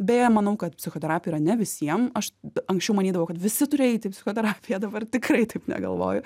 beje manau kad psichoterapija yra ne visiem aš anksčiau manydavau kad visi turi eiti psichoterapiją dabar tikrai taip negalvoju